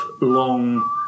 long